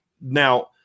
Now